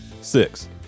Six